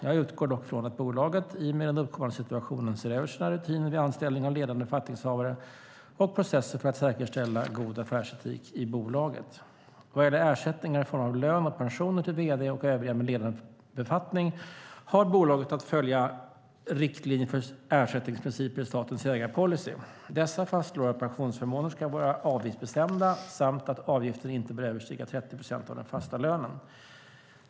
Jag utgår dock från att bolaget, i och med den uppkomna situationen, ser över sina rutiner vid anställning av ledande befattningshavare och processer för att säkerställa god affärsetik i bolaget. Vad gäller ersättningar i form av lön och pensioner till vd och övriga med ledande befattning har bolaget att följa riktlinjer för ersättningsprinciper i statens ägarpolicy. Dessa fastslår att pensionsförmåner ska vara avgiftsbestämda samt att avgiften inte bör överstiga 30 procent av den fasta lönen.